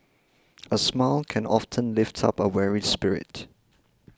a smile can often lift up a weary spirit